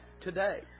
today